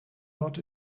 not